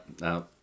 no